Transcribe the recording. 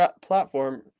platform